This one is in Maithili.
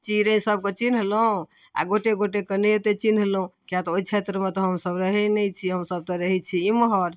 चिड़ैसबके चिन्हलहुँ आओर गोटे गोटेके नहि ओतेक चिन्हलहुँ किएक तऽ ओहि क्षेत्रमे तऽ हमसभ रहै नहि छी हमसभ तऽ रहै छी एम्हर